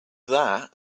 that